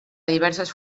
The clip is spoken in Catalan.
diverses